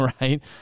Right